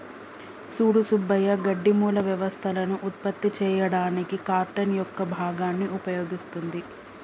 సూడు సుబ్బయ్య గడ్డి మూల వ్యవస్థలను ఉత్పత్తి చేయడానికి కార్టన్ యొక్క భాగాన్ని ఉపయోగిస్తుంది